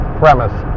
premise